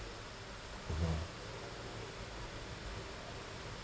mmhmm